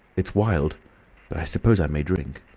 it's wild but i suppose i may drink.